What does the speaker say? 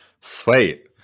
Sweet